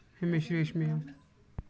ہمیش ریشمیا